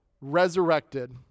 resurrected